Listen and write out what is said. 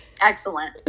Excellent